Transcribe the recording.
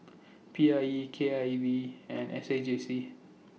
P I E K I V and S A J C